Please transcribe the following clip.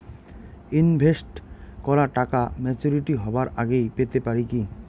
Invest করা টাকা maturity হবার আগেই পেতে পারি কি?